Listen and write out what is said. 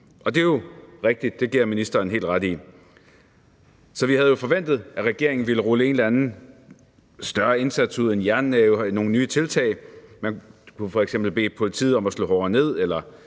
Og det er jo rigtigt. Det giver jeg ministeren helt ret i. Så vi havde jo forventet, at regeringen ville rulle en eller anden større indsats ud – en jernnæve, nogle nye tiltag. Man kunne f.eks. bede politiet om at slå hårdere ned eller